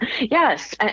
Yes